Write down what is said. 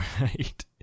right